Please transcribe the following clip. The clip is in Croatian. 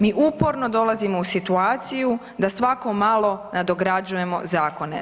Mi uporno dolazimo u situaciju da svako malo nadograđujemo zakone.